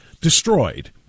destroyed